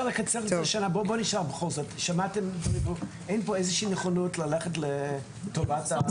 השאלה האם אין נכונות ללכת לטובת המגדלים?